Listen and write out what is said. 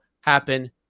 happen